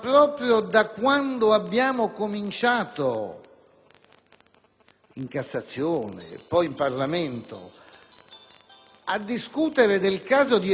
in Cassazione e poi in Parlamento - a discutere del caso di Eluana Englaro nel mondo dei disabili